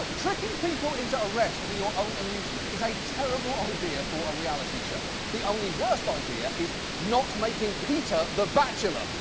tricking people into arrest for your own amusement is a terrible idea for a reality show. the only worst idea is not making peter the bachelor.